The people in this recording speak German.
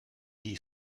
die